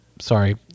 sorry